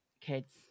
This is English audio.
kids